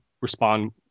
respond